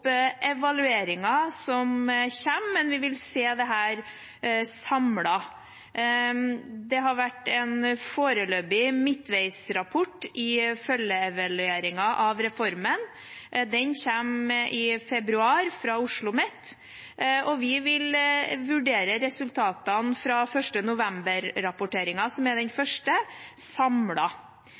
som kommer, men vi vil se dette samlet. Det har vært en foreløpig midtveis rapport i følgeevalueringen av reformen. Den kommer fra OsloMet i februar, og vi vil vurdere resultatene fra 1. november-rapporteringen, som er den første,